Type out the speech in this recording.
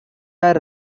were